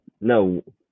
no